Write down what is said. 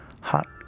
hot